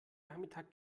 nachmittag